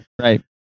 right